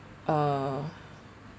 uh